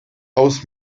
aus